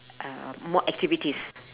uh more activities